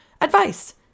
Advice